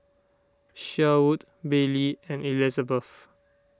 Sherwood Billy and Elizebeth